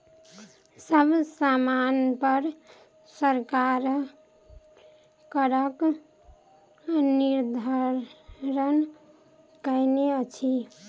सब सामानपर सरकार करक निर्धारण कयने अछि